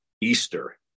Easter